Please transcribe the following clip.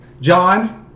John